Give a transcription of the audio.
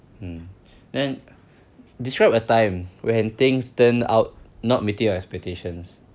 hmm then describe a time when things turned out not not meeting your expectations